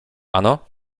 ano